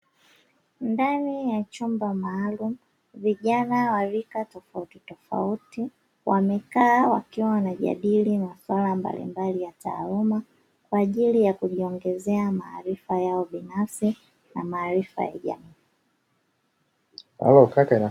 Ndani ya chumba maalumu, vijana wa rika tofautitofauti wamekaa wakiwa wanajadili masuala mbalimbali ya taaluma Kwa ajili ya kujiongezea maarifa yao binafsi na maarifa ya jamii.